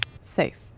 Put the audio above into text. Safe